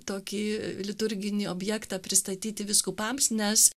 tokį liturginį objektą pristatyti vyskupams nes